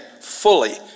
fully